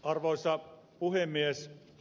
arvoisa puhemies